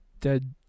dead